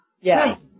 Yes